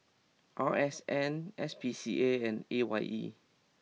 R S N S P C A and A Y E